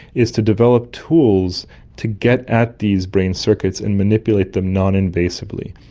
is to develop tools to get at these brain circuits and manipulate them noninvasively.